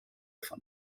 von